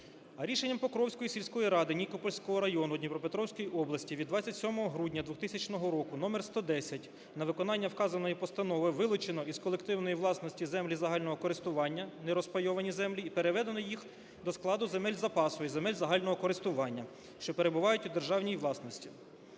Рішенням Покровської сільської ради Нікопольського району Дніпропетровської області від 27 грудня 2000 року № 110 на виконання вказаної постанови вилучено із колективної власності землі загального користування, нерозпайовані землі і переведено їх до складу земель запасу і земель загального користування, що перебувають у державній власності.